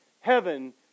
heaven